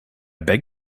beg